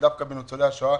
ודווקא בניצולי השואה